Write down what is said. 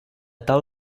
tal